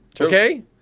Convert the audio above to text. Okay